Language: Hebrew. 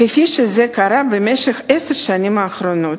כפי שזה קרה בעשר השנים האחרונות.